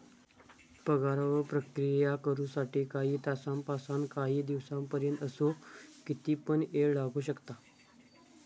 पगारावर प्रक्रिया करु साठी काही तासांपासानकाही दिसांपर्यंत असो किती पण येळ लागू शकता